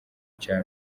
cya